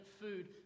food